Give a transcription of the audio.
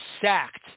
sacked